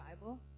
Bible